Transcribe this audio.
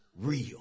real